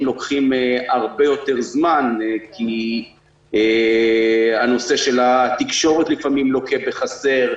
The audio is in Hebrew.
לוקחים הרבה יותר זמן כי הנושא של התקשורת לפעמים לוקה בחסר,